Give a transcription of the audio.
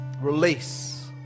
Release